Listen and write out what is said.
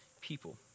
people